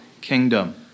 kingdom